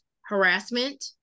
harassment